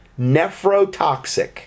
nephrotoxic